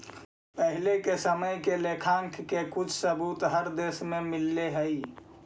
पहिले के समय में लेखांकन के कुछ सबूत हर देश में मिलले हई